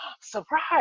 Surprise